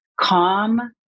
calm